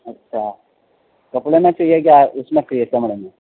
اچھا کپڑے میں چاہیے یا اِس میں چاہیے چمڑے میں